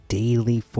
daily